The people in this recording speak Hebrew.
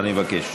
אני מבקש.